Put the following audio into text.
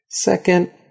Second